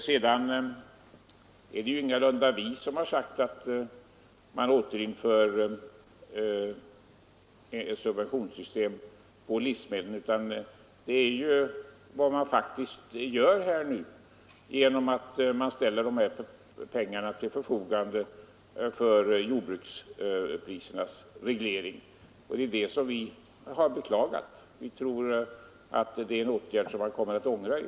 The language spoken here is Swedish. Det är ingalunda vi som har sagt att man återinför subventionssystemet på livsmedel; det är faktiskt vad man gör genom att ställa dessa pengar till förfogande för jordbruksprisernas reglering. Det är detta som vi har beklagat. Vi tror att det är en åtgärd som man kommer att ångra.